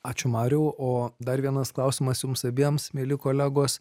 ačiū mariau o dar vienas klausimas jums abiems mieli kolegos